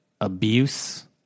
Abuse